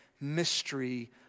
Mystery